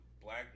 black